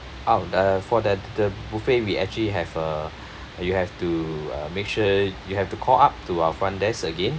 oh uh for that the buffet we actually have uh you have to uh make sure you have to call up to our front desk again